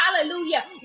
hallelujah